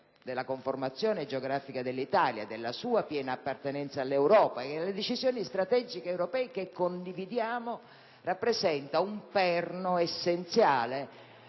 della conformazione geografica dell'Italia, della sua piena appartenenza all'Europa e delle decisioni strategiche europee che condividiamo è un perno essenziale